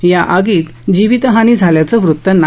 या आगीत जीवितहानी झाल्याचं वृत्त नाही